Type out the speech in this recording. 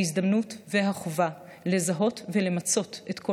ההזדמנות והחובה לזהות ולמצות את כל